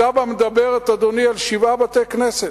התב"ע מדברת, אדוני, על שבעה בתי-כנסת,